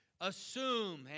assume